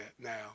now